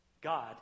God